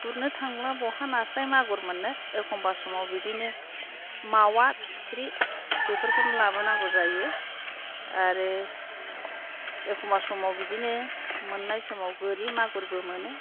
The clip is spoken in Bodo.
गुरनो थांब्ला बहा नास्राय मागुर मोननो एखमबा समाव बिदिनो मावा फिथिख्रि बेफोरखौनो लाबोनांगौ जायो आरो एखमबा समाव बिदिनो मोननाय समाव गोरि मागुरबो मोनो